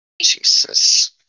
Jesus